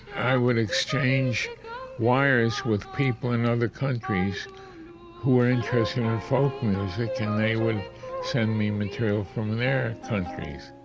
i would exchange wires with people in other countries who were interested in and folk music and they would send me material from their countries